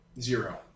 Zero